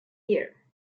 year